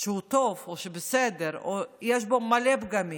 הוא טוב או בסדר או יש בו מלא פגמים,